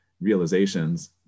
realizations